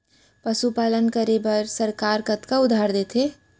पशुपालन करे बर सरकार कतना उधार देथे?